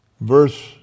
Verse